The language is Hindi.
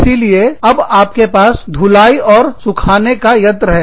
इसीलिए अब आपके पास धुलाई और सुखाने का यंत्र है